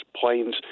planes